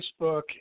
Facebook